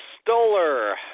Stoller